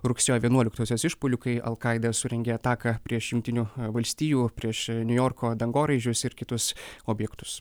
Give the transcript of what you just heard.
rugsėjo vienuoliktosios išpuolių kai alkaida surengė ataką prieš jungtinių valstijų prieš niujorko dangoraižius ir kitus objektus